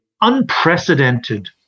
unprecedented